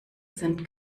sind